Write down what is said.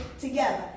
together